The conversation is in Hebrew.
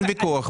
אין ויכוח.